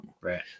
Right